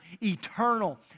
eternal